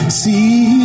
see